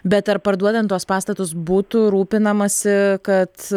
bet ar parduodant tuos pastatus būtų rūpinamasi kad